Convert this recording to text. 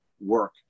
work